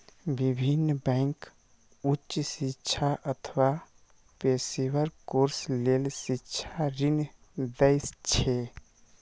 विभिन्न बैंक उच्च शिक्षा अथवा पेशेवर कोर्स लेल शिक्षा ऋण दै छै